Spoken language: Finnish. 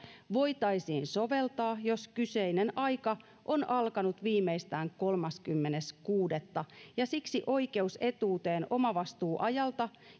voitaisiin soveltaa jos kyseinen aika on alkanut viimeistään kolmaskymmenes kuudetta siksi oikeus etuuteen omavastuuajalta